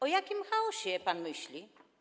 O jakim chaosie pan myśli?